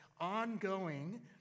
ongoing